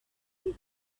only